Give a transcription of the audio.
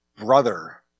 Brother